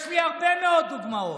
יש לי הרבה מאוד דוגמאות,